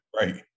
Right